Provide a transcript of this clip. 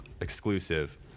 exclusive